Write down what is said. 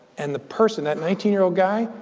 and the person, that nineteen year old guy,